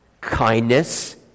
Kindness